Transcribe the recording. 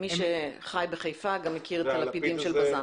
מי שחי בחיפה מכיר את הלפידים של בז"ן.